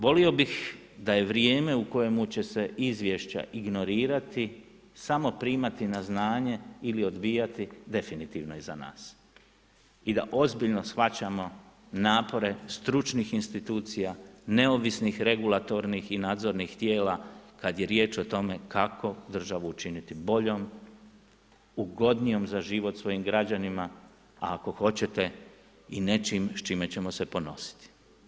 Volio bih da je vrijeme u kojemu će se izvješća ignorirati samo primati na znanje ili odbijati definitivno iza nas i da ozbiljno shvaćamo napore stručnih institucija, neovisnih regulatornih i nadzornih tijela kada je riječ o tome kako državu učiniti boljom, ugodnijom za život svojim građanima, a ako hoćete i nečim s čime ćemo se ponositi.